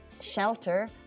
shelter